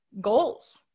goals